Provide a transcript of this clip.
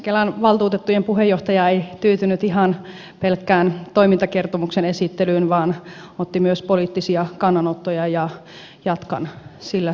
kelan valtuutettujen puheenjohtaja ei tyytynyt ihan pelkkään toimintakertomuksen esittelyyn vaan otti myös poliittisia kannanottoja ja jatkan sillä saralla